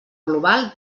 global